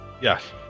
Yes